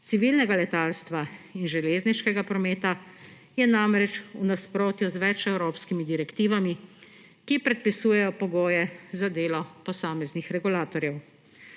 civilnega letalstva in železniškega prometa, je namreč v nasprotju z več evropskimi direktivami, ki predpisujejo pogoje za delo posameznih regulatorjev.